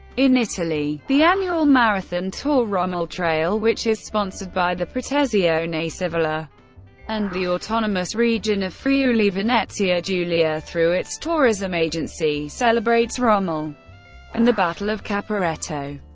in italy, the annual marathon tour rommel trail, which is sponsored by the protezione civile ah and the autonomous region of friuli venezia giulia through its tourism agency, celebrates rommel and the battle of caporetto.